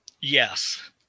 Yes